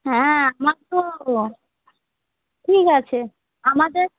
হ্যাঁ আমার তো ঠিক আছে আমাদের